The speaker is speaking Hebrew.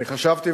חשבתי,